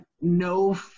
no